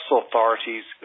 authorities